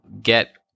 get